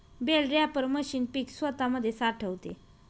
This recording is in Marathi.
बेल रॅपर मशीन पीक स्वतामध्ये साठवते